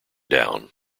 down